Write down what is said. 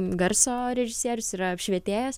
garso režisierius yra apšvietėjas